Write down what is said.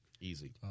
Easy